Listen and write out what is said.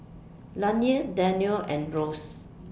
Lanie Danielle and Rose